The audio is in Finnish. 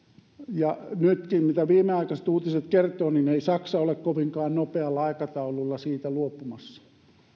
ja mitä viimeaikaiset uutiset nytkin kertovat niin ei saksa ole kovinkaan nopealla aikataululla siitä luopumassa